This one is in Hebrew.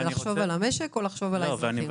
לחשוב על המשק או לחשוב על אנשים, על האזרח?